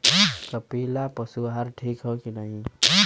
कपिला पशु आहार ठीक ह कि नाही?